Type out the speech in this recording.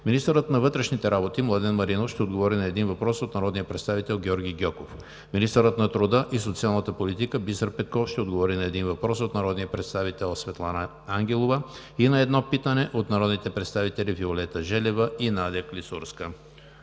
Министърът на вътрешните работи Младен Маринов ще отговори на един въпрос от народния представител Георги Гьоков. Министърът на труда и социалната политика Бисер Петков ще отговори на един въпрос от народния представител Светлана Ангелова и на едно питане от народните представители Виолета Желева и Надя Клисурска.